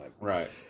Right